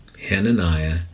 Hananiah